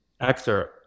actor